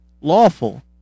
lawful